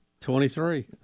Twenty-three